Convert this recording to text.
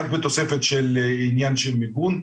רק בתוספת של עניין המיגון.